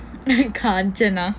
Kanchana :kaanjana